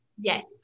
Yes